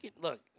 Look